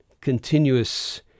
continuous